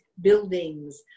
buildings